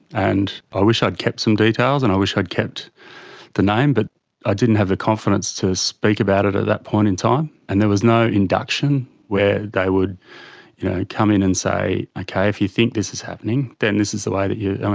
and i wish i'd kept some details and i wish i'd kept the name but i didn't have the confidence to speak about it at ah that point in time and there was no induction where they would come in and say, ah okay, if you think this is happening, then this is the way that you, and